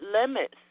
limits